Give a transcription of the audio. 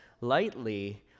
lightly